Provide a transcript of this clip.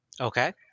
Okay